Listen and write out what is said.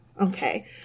Okay